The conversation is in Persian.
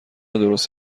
درست